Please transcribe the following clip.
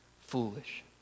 foolish